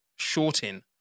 shorting